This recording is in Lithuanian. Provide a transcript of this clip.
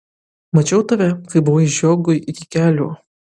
mačiau tave kai buvai žiogui iki kelių